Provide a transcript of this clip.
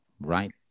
right